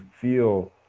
feel